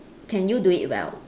can you do it well